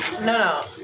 no